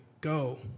Go